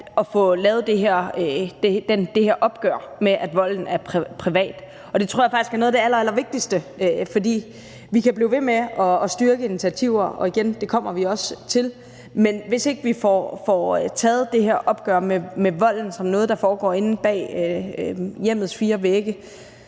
at få taget det her opgør med, at volden er privat, og det tror jeg faktisk er noget af det allerallervigtigste. For vi kan blive ved med at styrke initiativer – og det kommer vi også til – men hvis ikke vi får taget det her opgør med volden som noget, der foregår inde bag hjemmets fire vægge,